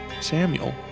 Samuel